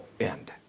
end